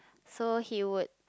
so he would